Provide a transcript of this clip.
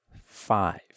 Five